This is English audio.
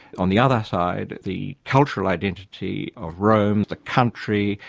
on the other side, the cultural identity of rome, the country,